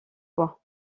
fois